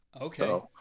okay